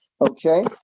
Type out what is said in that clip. Okay